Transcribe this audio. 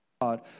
God